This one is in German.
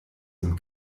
dem